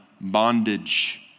bondage